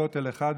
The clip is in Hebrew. הכותל אחד,